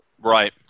Right